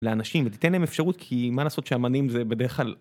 לאנשים ותיתן להם אפשרות כי מה לעשות שאמנים זה בדרך כלל.